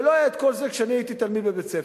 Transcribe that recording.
ולא היה את כל זה כשאני הייתי תלמיד בבית-ספר.